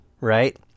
right